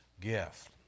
gift